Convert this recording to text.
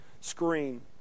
screen